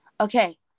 Okay